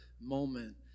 moment